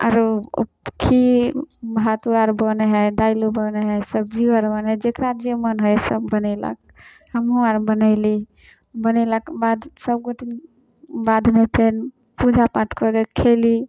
आओर खीर भातो आओर बनै हइ दाइलो बनै हइ सब्जिओ आओर बनै हइ जकरा जे मोन हइ सब बनेलक हमहूँ आर बनैली बनेलाके बाद सभगोटे बादमे फेन पूजापाठ कऽ कऽ खएली